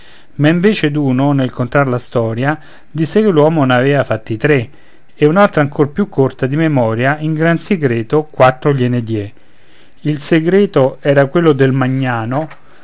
vece d'uno nel contar la storia disse che l'uomo n'avea fatti tre e un'altra ancor più corta di memoria in gran segreto quattro gliene dié il segreto era quello del magnano